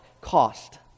cost